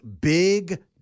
Big